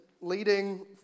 leading